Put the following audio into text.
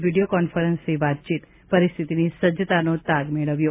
video કોન્ફરન્સથી વાતચીત પરિસ્થિતિની સજ્જતાનો તાગ મેળવ્યો